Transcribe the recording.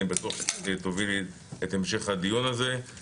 אני בטוח שתובילי את המשך הדיון הזה.